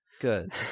Good